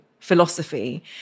philosophy